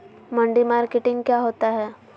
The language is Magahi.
मंडी मार्केटिंग क्या होता है?